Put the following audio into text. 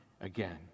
again